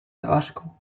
tabasco